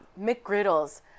McGriddles